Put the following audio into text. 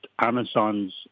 Amazon's